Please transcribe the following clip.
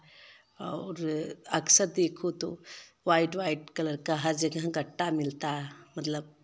और अक्सर देखो तो वाइट वाइट कलर का हर जगह गट्टा मिलता मतलब